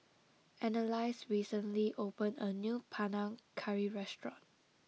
Annalise recently opened a new Panang Curry restaurant